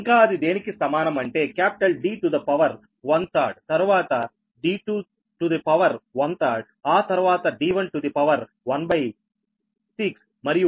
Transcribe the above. ఇంకా అది దేనికి సమానం అంటే D to the power one third తర్వాత d2 to the power one third ఆ తర్వాత d1 to the power 1 by 6 మరియు d5 to the power 1 by 6